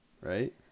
right